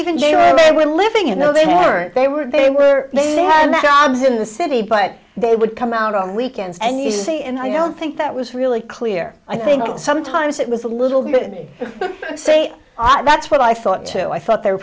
when living in the there they were they were they had their jobs in the city but they would come out on weekends and you see and i don't think that was really clear i think sometimes it was a little bit me say ah that's what i thought too i thought they were